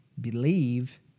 Believe